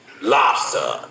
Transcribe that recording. lobster